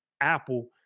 Apple